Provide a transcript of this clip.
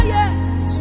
yes